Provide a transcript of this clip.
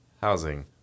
housing